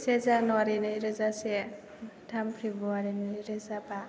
से जानुवारि नैरोजासे थाम फ्रेबुवारि नैरोजाबा